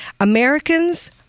Americans